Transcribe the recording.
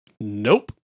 Nope